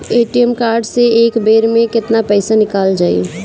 ATM card से एक बेर मे केतना पईसा निकल जाई?